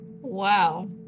Wow